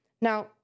Now